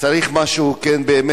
צריך לעשות משהו באמת.